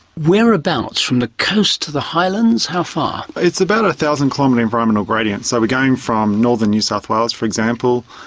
whereabouts? from the coast to the highlands? how far? it's about a one thousand km um and environmental gradient, so we're going from northern new south wales, for example,